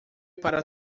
para